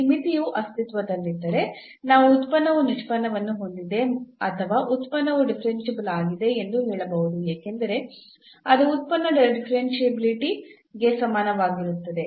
ಈ ಮಿತಿಯು ಅಸ್ತಿತ್ವದಲ್ಲಿದ್ದರೆ ನಾವು ಉತ್ಪನ್ನವು ನಿಷ್ಪನ್ನವನ್ನು ಹೊಂದಿದೆ ಅಥವಾ ಉತ್ಪನ್ನವು ಡಿಫರೆನ್ಸಿಬಲ್ ಆಗಿದೆ ಎಂದು ಹೇಳಬಹದು ಏಕೆಂದರೆ ಅದು ಉತ್ಪನ್ನದ ಡಿಫರೆನ್ಷಿಯಾಬಿಲಿಟಿ ಗೆ ಸಮನಾಗಿರುತ್ತದೆ